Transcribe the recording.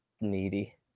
needy